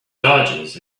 dodges